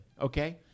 Okay